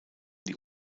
die